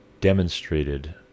demonstrated